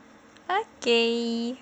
okay